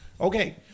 Okay